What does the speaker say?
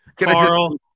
Carl